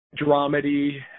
dramedy